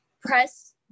press